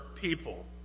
people